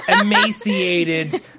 emaciated